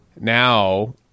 now